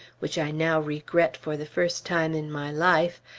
which i now regret for the first time in my life,